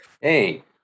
Hey